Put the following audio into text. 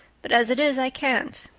but as it is i can't.